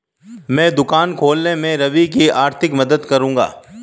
मैं दुकान खोलने में रवि की आर्थिक मदद करूंगा